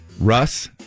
Russ